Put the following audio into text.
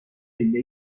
پله